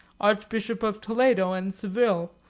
archbishop of toledo and seville,